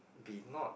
be not